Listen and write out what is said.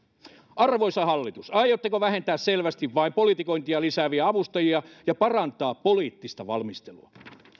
arvoisa hallitus aiotteko vähentää selvästi vain politikointia lisääviä avustajia ja parantaa poliittista valmistelua